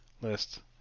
list